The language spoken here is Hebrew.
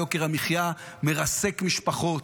יוקר המחיה מרסק משפחות,